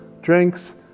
drinks